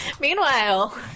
Meanwhile